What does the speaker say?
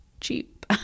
cheap